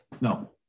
no